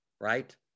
right